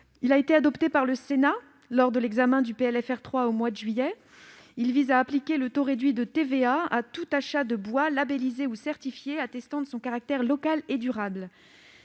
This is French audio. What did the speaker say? a été adopté par le Sénat lors de l'examen du PLFR 3 au mois de juillet dernier et vise à appliquer le taux réduit de TVA à tout achat de bois labellisé ou certifié attestant de son caractère local et durable.